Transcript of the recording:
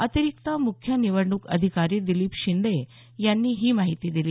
अतिरिक्त मुख्य निवडणूक अधिकारी दिलीप शिंदे यांनी ही माहिती दिली